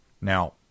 Now